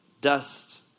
Dust